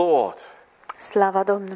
Lord